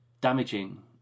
damaging